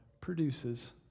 produces